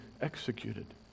executed